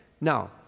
Now